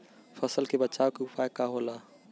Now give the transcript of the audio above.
फसल के बचाव के उपाय का होला?